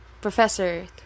professor